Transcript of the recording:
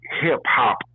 hip-hop